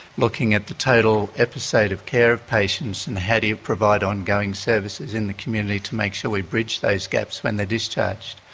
looking at the total episode of care of patients and how do you provide ongoing services in the community to make sure we bridge those gaps when they are discharged.